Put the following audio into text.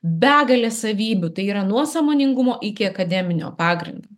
begalė savybių tai yra nuo sąmoningumo iki akademinio pagrindo